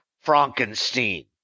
Frankenstein